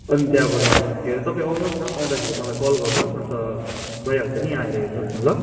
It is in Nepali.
अनि त्यहाँबाट के अरे तपाईँ आउनुहोस् न आउँदाखेरि मलाई कल गर्नुहोस् अन्त भइहाल्छ नि आएर हेर्नुहोस् न ल